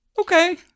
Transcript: Okay